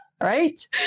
right